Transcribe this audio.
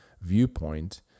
viewpoint